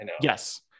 Yes